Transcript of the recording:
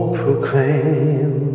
proclaim